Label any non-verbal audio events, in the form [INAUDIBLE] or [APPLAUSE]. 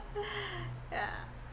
[LAUGHS] yeah